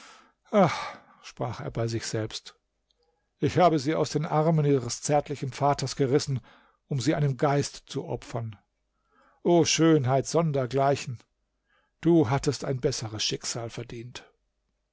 sprach er bei sich selbst ich habe sie aus den armen ihres zärtlichen vaters gerissen um sie einem geist zu opfern o schönheit sondergleichen du hattest ein besseres schicksal verdient